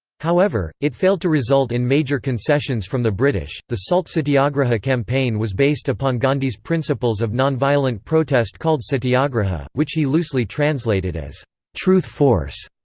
however, it failed to result in major concessions from the british the salt satyagraha campaign was based upon gandhi's principles of non-violent protest called satyagraha, which he loosely translated as truth-force.